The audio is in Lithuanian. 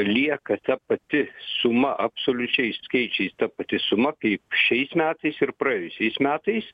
lieka ta pati suma absoliučiais skaičiais ta pati suma kaip šiais metais ir praėjusiais metais